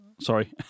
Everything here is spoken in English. sorry